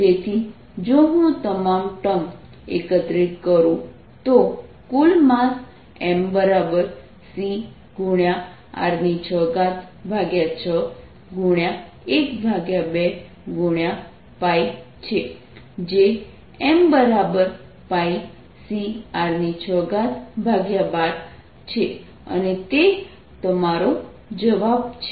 તેથી જો હું તમામ ટર્મ એકત્રિત કરું તો કુલ માસ MC×R6612×π છે જે MπCR612 છે અને તે તમારો જવાબ છે